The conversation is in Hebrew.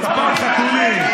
פעם חתולים,